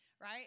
Right